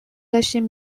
داشتیم